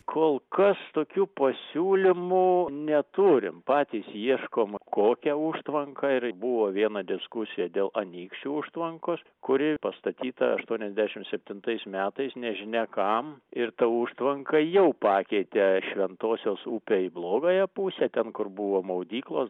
kol kas tokių pasiūlymų neturim patys ieškom kokia užtvanka ir buvo viena diskusija dėl anykščių užtvankos kuri pastatyta aštuoniasdešim septintais metais nežinia kam ir ta užtvanka jau pakeitė šventosios upę į blogąją pusę ten kur buvo maudyklos